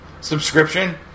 subscription